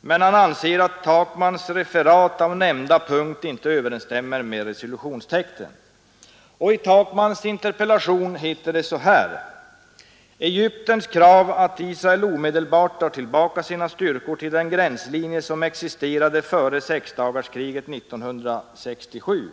men anser att herr Takmans referat av nämnda punkt inte överensstämmer med resolutionstexten. I herr Takmans interpellation står emellertid så här: ”Egyptens krav är att Israel omedelbart drar tillbaka sina styrkor till den gränslinje som existerade före sexdagarskriget 1967.